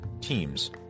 teams